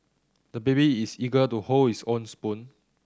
the baby is eager to hold his own spoon